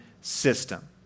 system